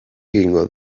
egingo